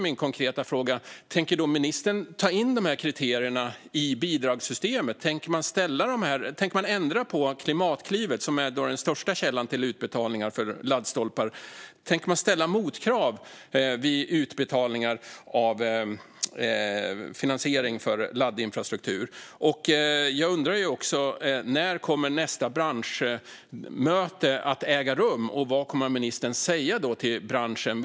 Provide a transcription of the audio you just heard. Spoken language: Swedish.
Min konkreta fråga är: Tänker ministern ta in de här kriterierna i bidragssystemet? Tänker man ändra i Klimatklivet, som är den största källan till utbetalningar för laddstolpar? Tänker man ställa motkrav vid utbetalningar för finansiering av laddinfrastruktur? Jag undrar också när nästa branschmöte kommer att äga rum. Vad kommer ministern att säga till branschen?